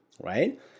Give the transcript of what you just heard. right